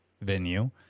venue